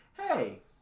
hey